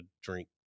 drink